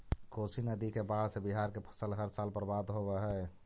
कोशी नदी के बाढ़ से बिहार के फसल हर साल बर्बाद होवऽ हइ